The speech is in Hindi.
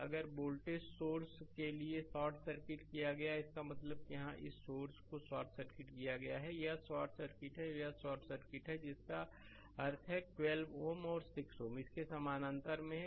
तो अगर वोल्टेज सोर्स RThevenin के लिए शॉर्ट सर्किट किया गया है इसका मतलब है कि यहाँ इस सोर्स को शॉर्ट सर्किट किया गया है यह शॉर्ट सर्किट है और यह शॉर्ट सर्किट है जिसका अर्थ है यह 12 Ω है और6 Ω इसके समानांतर है